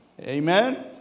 Amen